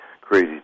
crazy